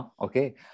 Okay